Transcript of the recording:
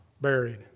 Buried